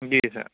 جی سر